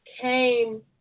came